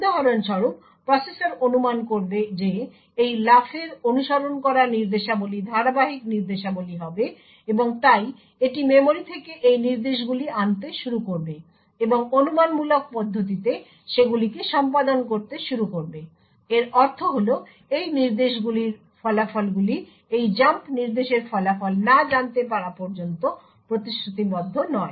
উদাহরণস্বরূপ প্রসেসর অনুমান করবে যে এই লাফের অনুসরণ করা নির্দেশাবলী ধারাবাহিক নির্দেশাবলী হবে এবং তাই এটি মেমরি থেকে এই নির্দেশগুলি আনতে শুরু করবে এবং অনুমানমূলক পদ্ধতিতে সেগুলিকে সম্পাদন করতে শুরু করবে এর অর্থ হল এই নির্দেশগুলির ফলাফলগুলি এই জাম্প নির্দেশের ফলাফল না জানতে পারা পর্যন্ত প্রতিশ্রুতিবদ্ধ নয়